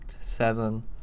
seven